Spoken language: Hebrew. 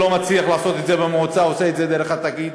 שלא מצליח לעשות את זה במועצה ועושה את זה דרך התאגיד.